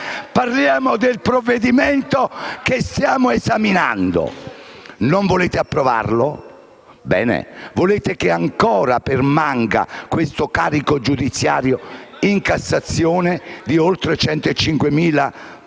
Parliamo del provvedimento che stiamo esaminando. Non volete approvarlo? Bene. Volete che permanga questo carico giudiziario in Cassazione di oltre 105.000